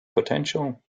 potential